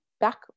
back